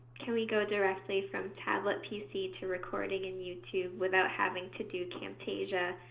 can we go directly from tablet pc to recording in youtube without having to do camtasia,